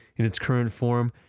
in its current form,